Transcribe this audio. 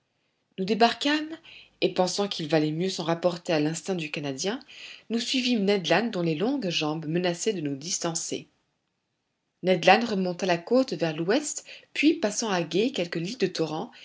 nous débarquâmes et pensant qu'il valait mieux s'en rapporter à l'instinct du canadien nous suivîmes ned land dont les longues jambes menaçaient de nous distancer ned land remonta la côte vers l'ouest puis passant à gué quelques lits de torrents